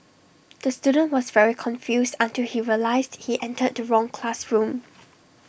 the student was very confused until he realised he entered the wrong classroom